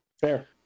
Fair